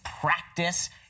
practice